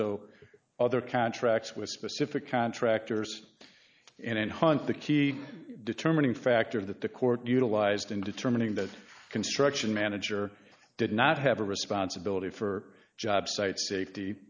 other contracts with specific contractors and hunt the key determining factor that the court utilized in determining that construction manager did not have a responsibility for job site safety